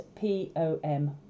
P-O-M